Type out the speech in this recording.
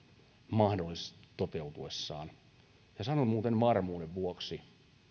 mahdollisesti toteutuessaan vaikuttaisi ja sanon muuten varmuuden vuoksi